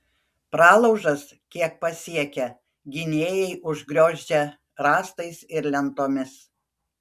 pralaužas kiek pasiekia gynėjai užgriozdžia rąstais ir lentomis